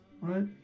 right